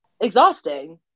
Exhausting